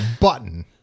button